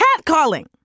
catcalling